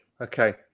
okay